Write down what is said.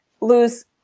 lose